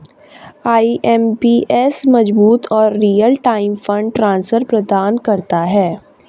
IMPS मजबूत और real time fund transfer प्रदान करता है